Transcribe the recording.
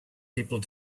people